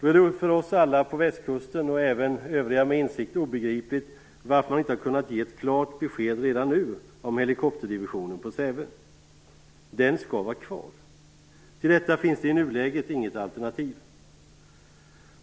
Då är det för alla oss på västkusten - och även för övriga med insikt - obegripligt varför man inte har kunnat ge ett klart besked redan nu om helikopterdivisionen på Säve. Den skall vara kvar! Till detta finns i nuläget inget alternativ.